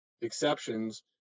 exceptions